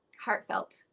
heartfelt